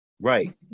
Right